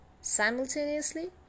Simultaneously